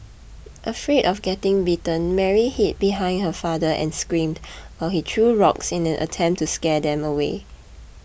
afraid of getting bitten Mary hid behind her father and screamed while he threw rocks in an attempt to scare them away